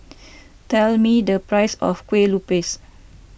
tell me the price of Kueh Lupis